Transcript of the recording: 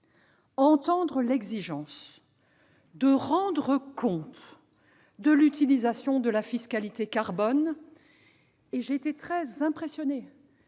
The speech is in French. entendre l'exigence de rendre compte de l'utilisation de la fiscalité carbone. J'ai été très impressionnée